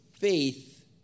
faith